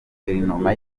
guverinoma